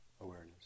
awareness